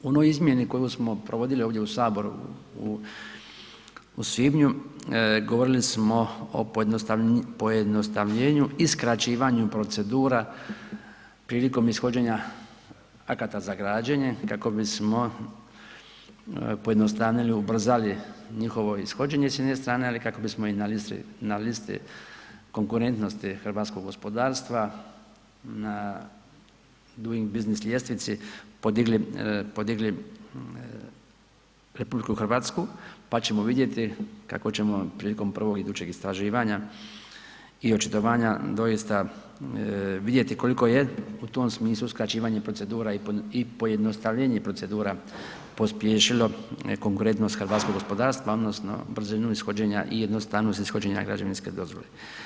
U onoj izmjeni koju smo provodili ovdje u Saboru u svibnju govorili smo o pojednostavljenju i skraćivanju procedura prilikom ishođenja akata za građenje kako bismo pojednostavnili, ubrzali njihovo ishođenje s jedne strane, ali i kako bismo na listi, na listi konkurentnosti hrvatskog gospodarstva na Doing business ljestvici podigli, podigli RH, pa ćemo vidjeti kako ćemo prilikom prvog idućeg istraživanja i očitovanja doista vidjeti koliko je u tom smislu skraćivanje procedura i pojednostavljenje procedura pospješilo ne konkurentnost hrvatskog gospodarstva odnosno brzinu ishođenja i jednostavnost ishođenja građevinske dozvole.